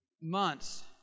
months